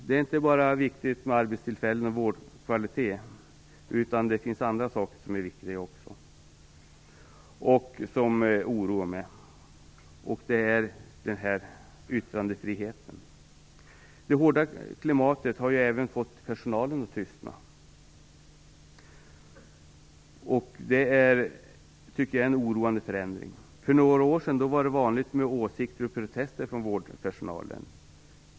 Det är inte bara viktigt med arbetstillfällen och vårdkvalitet, utan det finns även andra saker som är viktiga och som oroar mig. Det gäller bl.a. yttrandefriheten. Det hårda klimatet har fått personalen att tystna, vilket är en oroande förändring. För några år sedan var det vanligt med åsikter och protester från vårdpersonalen.